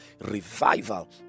revival